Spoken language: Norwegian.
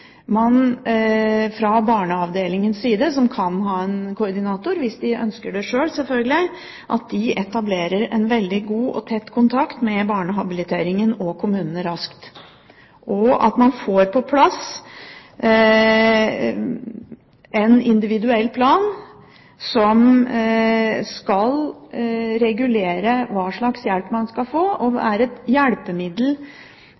man fra barneavdelingens side, som sjølsagt sjøl kan ha en koordinator hvis de ønsker det, raskt etablerer en veldig god og tett kontakt med barnehabiliteringen og kommunene, og at man får på plass en individuell plan som skal regulere hva slags hjelp man skal få og